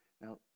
Now